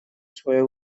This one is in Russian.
свое